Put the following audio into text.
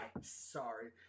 Sorry